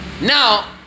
Now